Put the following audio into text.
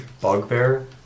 bugbear